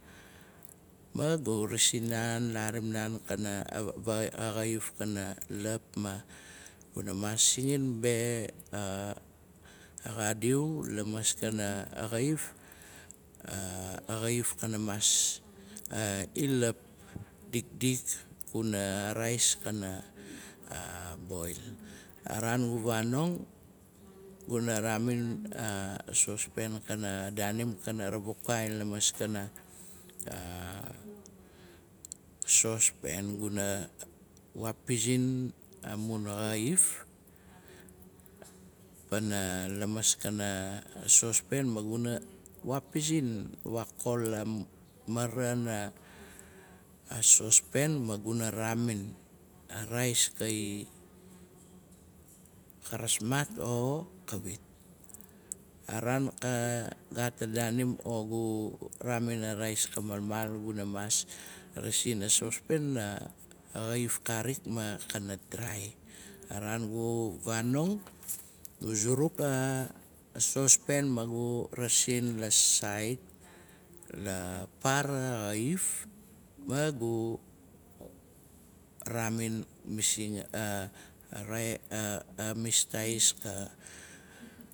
Ma gu rasin naan, larim naan kana xaif kana lap ma, guna maas singin be a xadiu lamaskana xaif, xaif kana maas i lap, dikdik kuna rais kana boil. A raan gu vanong, guna raamin a sospen kana danim kana ravukai lamaskana sospen. guna waapizin amun xaif pana lamaskana sospen, maguna pizin. a marana sospen maguna raamin a rais o kawit. A raan ka gaat daanim, o gu raamin a rais ka malmal, guna maas rasin a sospen, ma xaif karik ma kana drai. A raan gu vanong, gu zuruk a sospen magu rasin la sait, la para xaif, magu raamin masingamis tais ka.